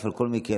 בכל מקרה,